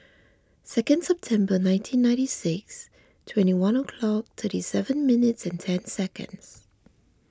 second September nineteen ninety six twenty one o'clock thirty seven minutes and ten seconds